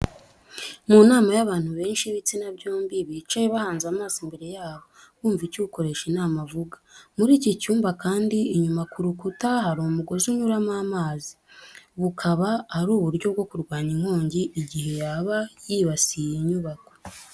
Mu nama y'abantu benshi b'ibitsina byombi, bicaye bahanze amaso imbere yabo, bumva icyo ukoresha inama avuga. Muri iki cyumba kandi inyuma ku rukuta hari umugozi unyuramo amazi, bukaba ari uburyo bwo kurwanya inkongi igihe yaba yibasiye iyi nyubako.